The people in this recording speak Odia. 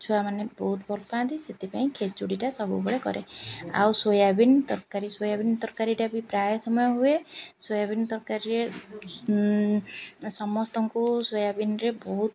ଛୁଆମାନେ ବହୁତ ଭଲ ପାାଆନ୍ତି ସେଥିପାଇଁ ଖେଚୁଡ଼ିଟା ସବୁବେଳେ କରେ ଆଉ ସୋୟାବିନ୍ ତରକାରୀ ସୋୟାବିନ୍ ତରକାରୀଟା ବି ପ୍ରାୟ ସମୟ ହୁଏ ସୋୟାବିନ୍ ତରକାରୀରେ ସମସ୍ତଙ୍କୁ ସୋୟାବିନ୍ରେ ବହୁତ